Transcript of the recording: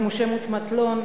משה מוץ מטלון,